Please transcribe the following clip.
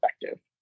effective